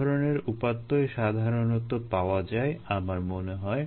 এই ধরনের উপাত্তই সাধারণত পাওয়া যায় আমার মনে হয়